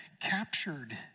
captured